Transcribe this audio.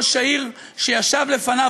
ראש העיר שישב לפניו,